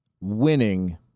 winning